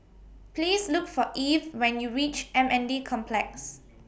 Please Look For Eve when YOU REACH M N D Complex